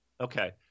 Okay